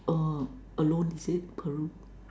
uh alone is it Peru